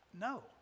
No